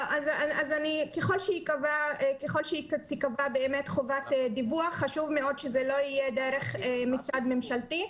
אז ככל שתיקבע חובת דיווח חשוב מאוד שזה יהיה לא דרך משרד ממשלתי.